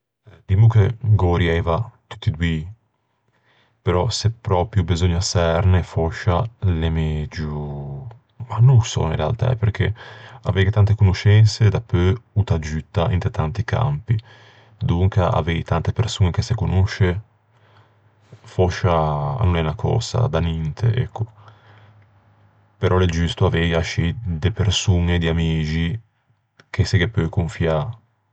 Dimmo che gh'örieiva tutti doî. Però se pròpio beseugna çerne fòscia l'é megio... Mah, no ô sò in realtæ, perché aveighe tante conoscense o t'aggiutta inte tanti campi. Donca avei tante persoñe che se conosce a no l'é unna cösa ninte, ecco. Però l'é giusto aveighe ascì de persoñe, di amixi, che se ghe peu confiâ.